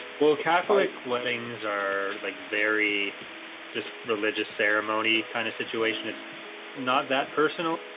catholic weddings are like very just religious ceremony kind of situation is not that personal